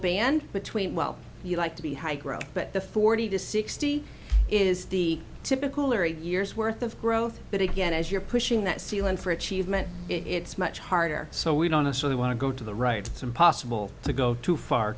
band between well you like to be high growth but the forty to sixty is the typical or a year's worth of growth but again as you're pushing that ceiling for achievement it's much harder so we don't assume we want to go to the right it's impossible to go too far